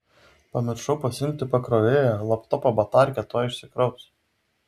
pamiršau pasiimt pakrovėją laptopo batarkė tuoj išsikraus